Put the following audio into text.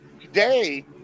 today